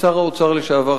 שר האוצר לשעבר,